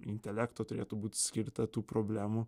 intelekto turėtų būt skirta tų problemų